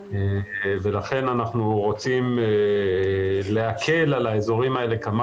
לכן אנחנו רוצים להקל על האזורים האלה כמה